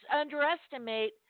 underestimate